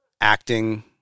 acting